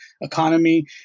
economy